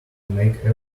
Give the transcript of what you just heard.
make